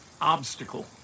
obstacle